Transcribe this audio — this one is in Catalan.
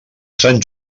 sant